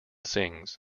sings